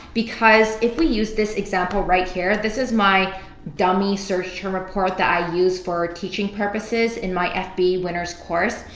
because if we use this example right here, this is my dummy search term report that i used for teaching purposes in my fba winners course.